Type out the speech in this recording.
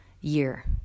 year